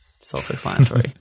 self-explanatory